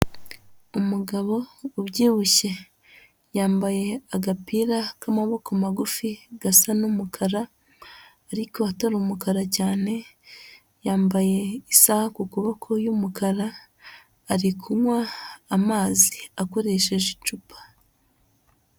Umugabo ubyibushye, yambaye agapira k'amaboko magufi gasa n'umukara ariko atari umukara cyane, yambaye isaha ku kuboko y'umukara, ari kunywa amazi akoresheje icupa.